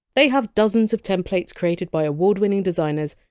they have dozens of templates created by award-winning designers,